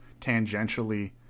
tangentially